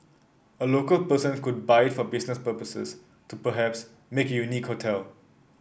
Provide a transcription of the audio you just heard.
a local person could buy it for business purposes to perhaps make a unique hotel